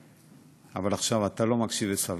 אבל עכשיו אתה לא מקשיב בסבלנות.